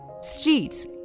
streets